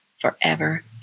forever